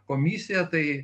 komisiją tai